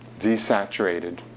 desaturated